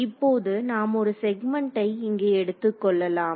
இப்போது நாம் ஒரு செக்மென்ட்டை இங்கே எடுத்துக்கொள்ளலாம்